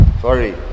sorry